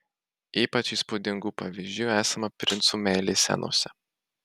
ypač įspūdingų pavyzdžių esama princų meilės scenose